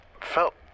felt